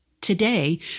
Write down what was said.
Today